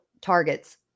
targets